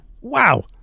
Wow